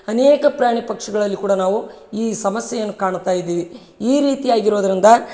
ಅನೇಕ ಪ್ರಾಣಿ ಪಕ್ಷಿಗಳಲ್ಲಿ ಕೂಡ ನಾವು ಈ ಸಮಸ್ಯೆಯನ್ನು ಕಾಣುತ್ತಾ ಇದ್ದೀವಿ ಈ ರೀತಿ ಆಗಿರೋದರಿಂದ